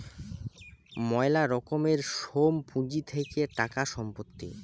ময়লা রকমের সোম পুঁজি থাকে টাকা, সম্পত্তি